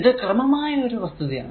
ഇത് ക്രമമായ ഒരു വസ്തുത ആണ്